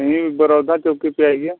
नहीं बड़ौदा चौकी पर आइए